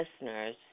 listeners